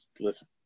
listen